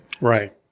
Right